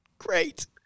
great